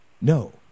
No